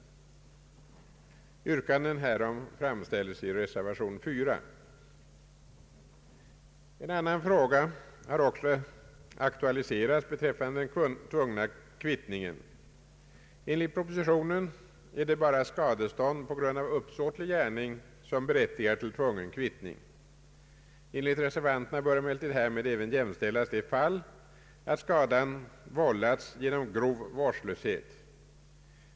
Yrkanden härom framställs i reservation 4. En annan fråga har också aktualiserats beträffande den tvungna kvittningen. Enligt propositionen är det endast skadestånd på grund av uppsåtlig gärning som berättigar till tvungen kvittning. Enligt reservanterna bör emellertid härmed även jämställas det fall då skada vållats genom grov vårdslöshet.